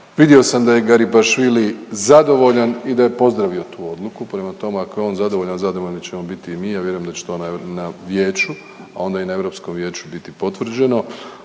Vidio sam da je Garibashvili zadovoljan i da je pozdravio tu odluku, prema tome ako je on zadovoljan zadovoljni ćemo biti mi, a vjerujem da će to na Vijeću, a onda i na Europskom vijeću biti potvrđeno.